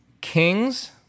Kings